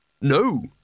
No